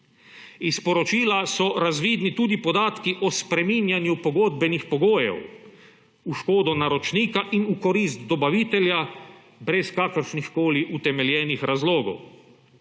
Iz poročila so razvidni tudi podatki o spreminjanju pogodbenih pogojev v škodo naročnika in v korist dobavitelja brez kakršnihkoli utemeljenih razlogov.